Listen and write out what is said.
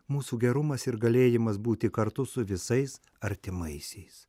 mūsų gerumas ir galėjimas būti kartu su visais artimaisiais